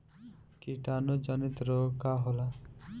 कीटाणु जनित रोग का होला?